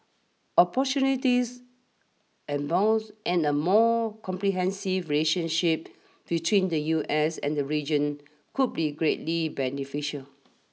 opportunities abound and a more comprehensive relationship between the U S and the region could be greatly beneficial